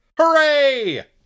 Hooray